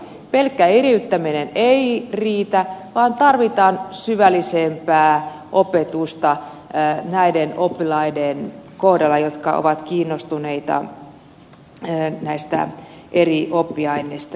pelkkä eriyttäminen ei riitä vaan tarvitaan syvällisempää opetusta näiden oppilaiden kohdalla jotka ovat kiinnostuneita näistä eri oppiaineista